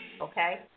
Okay